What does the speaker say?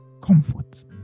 comfort